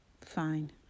Fine